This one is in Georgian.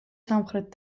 სამხრეთ